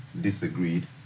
disagreed